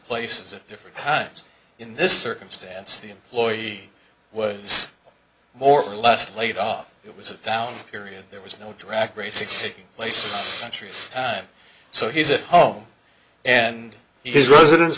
places at different times in this circumstance the employee was more or less laid off it was a down period there was no drag racing taking place entry time so he's at home and his residence